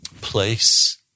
place